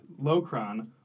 Locron